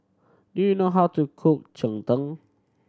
do you know how to cook cheng tng